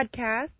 podcast